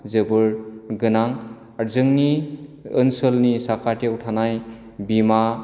जोबोद गोनां आरो जोंनि ओनसोलनि साखाथियाव थानाय बिमा